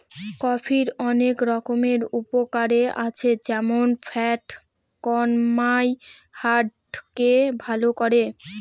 কফির অনেক রকমের উপকারে আছে যেমন ফ্যাট কমায়, হার্ট কে ভালো করে